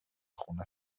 خونه